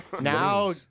Now